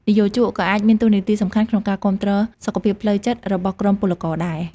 និយោជកក៏អាចមានតួនាទីសំខាន់ក្នុងការគាំទ្រសុខភាពផ្លូវចិត្តរបស់ក្រុមពលករដែរ។